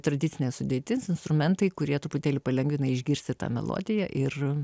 tradicinė sudėtis instrumentai kurie truputėlį palengvina išgirsti tą melodiją ir